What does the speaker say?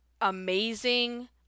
amazing